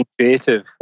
creative